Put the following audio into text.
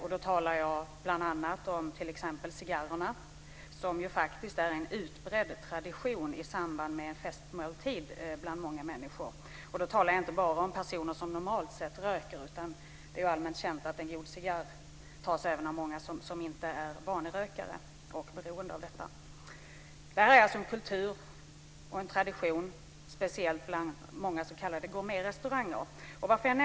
Jag avser då bl.a. cigarrerna, som bland många människor faktiskt är en utbredd tradition i samband med en festmåltid. Det gäller inte bara personer som normalt röker, utan det är ju allmänt känt att en god cigarr tas även av många som inte är vanerökare eller beroende av detta. Det är alltså fråga om en kultur och en tradition, speciellt på många s.k. gourmetrestauranger.